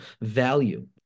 value